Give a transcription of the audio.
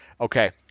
Okay